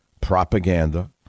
propaganda